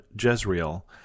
Jezreel